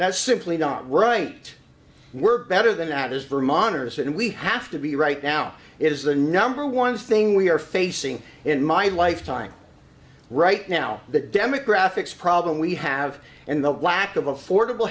that's simply not right we're better than at is vermonters and we have to be right now is the number one thing we are facing in my lifetime right now the demographics problem we have and the lack of affordable